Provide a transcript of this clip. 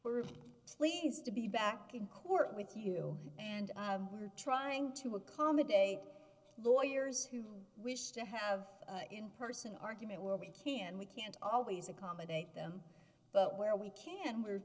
we're pleased to be back in court with you and we're trying to accommodate lawyers who wish to have in person argument where we can we can't always accommodate them but where we can we